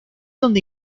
donde